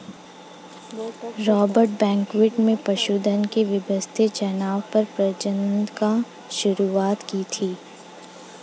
Robert Bakewell ने पशुधन के व्यवस्थित चयनात्मक प्रजनन की शुरुआत की थी